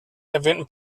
erwähnten